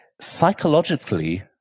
psychologically